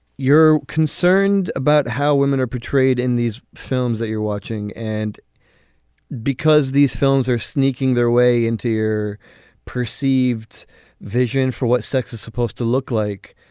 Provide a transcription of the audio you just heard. you're concerned about how women are portrayed in these films that you're watching. and because these films are sneaking their way into your perceived vision for what sex is supposed to look like,